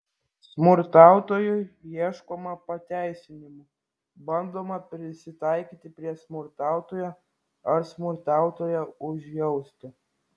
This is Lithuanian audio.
smurtautojui ieškoma pateisinimų bandoma prisitaikyti prie smurtautojo ar smurtautoją užjausti